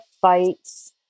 fights